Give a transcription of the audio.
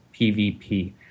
PvP